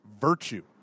virtue